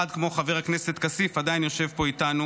אחד כמו חבר הכנסת כסיף עדיין יושב פה איתנו,